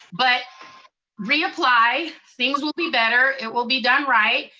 but reapply, things will be better, it will be done right.